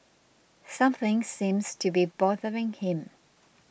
something seems to be bothering him